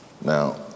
Now